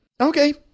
Okay